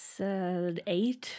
eight